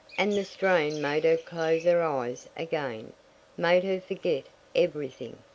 and the strain made her close her eyes again made her forget everything.